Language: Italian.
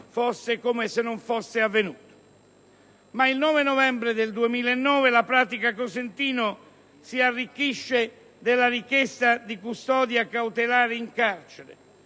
intorno non fosse avvenuto. Il 9 novembre 2009, però, la «pratica Cosentino» si arricchisce della richiesta di custodia cautelare in carcere,